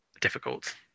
difficult